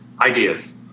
ideas